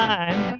Time